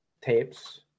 tapes